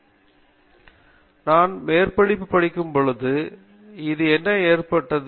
பேராசிரியர் ரவீந்திர ஜெட்டூ நான் மேற்படிப்பு படிக்கும்பொழுதும் இது எனக்கு ஏற்பட்டது